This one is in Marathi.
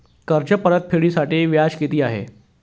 कर्ज परतफेडीसाठी व्याज किती आहे?